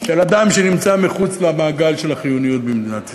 של אדם שנמצא מחוץ למעגל של החיוניות במדינת ישראל.